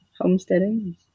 homesteading